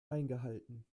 eingehalten